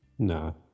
No